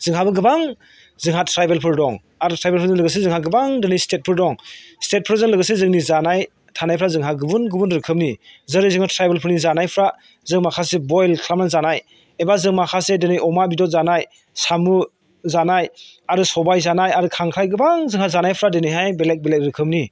जोंहाबो गोबां जोंहा ट्रायबेलफोर दं आरो ट्रायबेलजों लोगोसे जोंहा गोबां दिनै स्टेटफोर दं स्टेटफोरजों लोगोसे जोंनि जानाय थानायफोरा जोंहा गुबुन गुबुन रोखोमनि जेरै जोङो ट्रायबेलफोरनि जानायफ्रा जों माखासे बयल खालामनानै जानाय एबा जों माखासे दिनै अमा बेदर जानाय साम' जानाय आरो सबाइ जानाय आरो खांख्राइ गोबां जोंहा जानायफ्रा दिनैहाय बेलेग बेलेग रोखोमनि